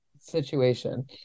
situation